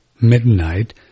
midnight